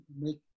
make